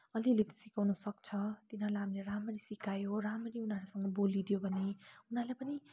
अलिअलि त सिकाउन सक्छ तिनीहरूलाई हामीले राम्ररी सिकायो राम्ररी उनीहरूसँग बोलिदियो भने उनीहरूले पनि